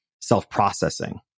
self-processing